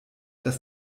dass